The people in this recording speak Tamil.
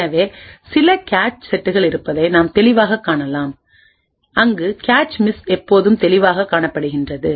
எனவே சில கேச் செட்டுகள் இருப்பதை நாம் தெளிவாகக் காணலாம் அங்கு கேச் மிஸ் எப்போதும் தெளிவாகக் காணப்படுகிறது